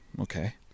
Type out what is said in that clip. Okay